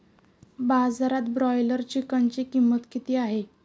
बाजारात ब्रॉयलर चिकनची किंमत किती आहे?